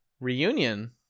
Reunion